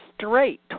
straight